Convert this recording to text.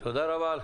תודה רבה.